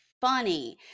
funny